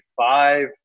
five